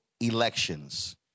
elections